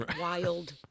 Wild